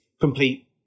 complete